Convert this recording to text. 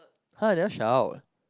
!huh! I never shout